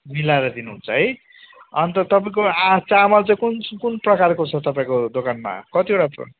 मिलाएर दिनुहुन्छ है अन्त तपाईँको आ चामल चाहिँ कुन कुन प्रकारको छ तपाईँको दोकानमा कतिवटा